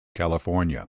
california